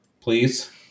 please